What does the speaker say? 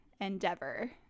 endeavor